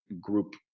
group